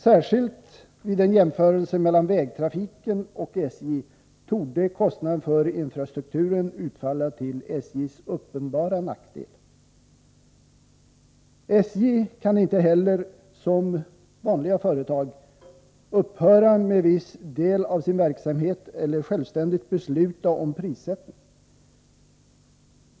Särskilt vid en jämförelse mellan vägtrafiken och SJ torde kostnaden för infrastrukturen utfalla till SJ:s uppenbara nackdel. SJ kan inte heller som ”vanliga företag” upphöra med viss del av sin verksamhet eller självständigt besluta om prissättning.